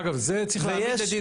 אגב, זה צריך להעמיד לדין